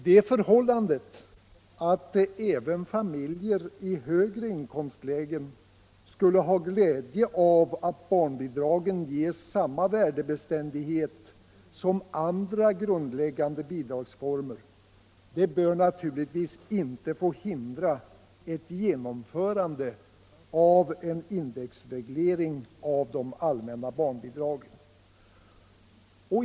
Det förhållandet att även familjer i högre inkomstlägen skulle ha glädje av att barnbidragen ges samma värdebeständighet som andra grundläggande bidragsformer bör naturligtvis inte få hindra ett genomförande av en indexreglering av de allmänna barnbidragen.